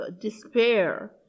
despair